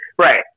right